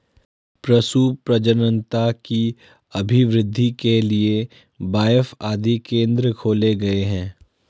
पशु प्रजननता की अभिवृद्धि के लिए बाएफ आदि केंद्र खोले गए हैं